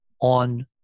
on